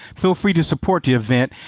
feel free to support the event,